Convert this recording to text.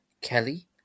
Kelly